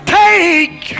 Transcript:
take